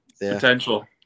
Potential